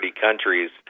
countries